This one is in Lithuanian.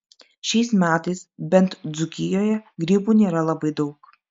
šiais metais bent dzūkijoje grybų nėra labai daug